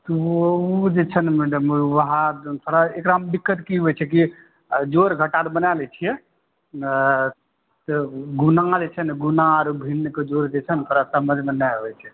ओ जे छै ने मैडम वहए थोड़ा एकरामे दिक्कत की होइ छै कि जोड़ घटा तऽ बना लै छियै गुणा गुणा जे छै ने गुणा आर भिन्नके जोड़ जे छै ने थोड़ा समझ नहि आबै छै